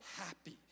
happy